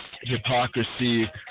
hypocrisy